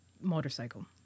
motorcycle